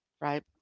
right